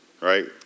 right